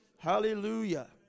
Hallelujah